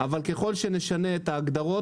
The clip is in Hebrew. אבל ככל שנשנה את ההגדרות,